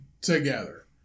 together